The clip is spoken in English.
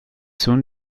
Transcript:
soon